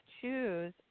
choose